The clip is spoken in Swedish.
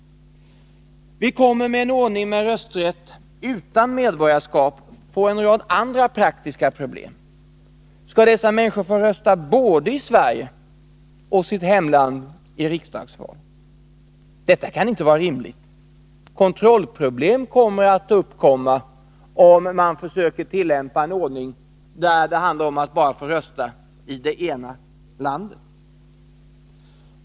Med en ordning med rösträtt utan medborgarskap kommer vi att få en rad andra praktiska problem. Skall dessa människor få rösta både i Sverige och i sitt hemland i riksdagsval? Detta kan inte vara rimligt. Kontrollproblem uppkommer, om man försöker tillämpa en ordning där det handlar om att få rösträtt bara i det ena landet.